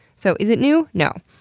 so is it new? no.